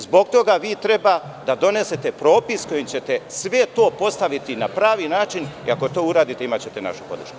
Zbog toga vi treba da donesete propis kojim ćete sve to postaviti na pravi način i ako to uradite, imaćete našu podršku.